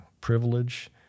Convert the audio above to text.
privilege